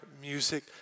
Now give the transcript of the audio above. music